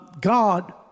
God